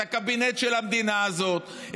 את הקבינט של המדינה הזאת,